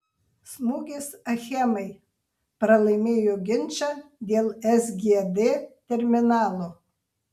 smūgis achemai pralaimėjo ginčą dėl sgd terminalo